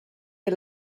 wir